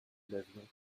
l’avion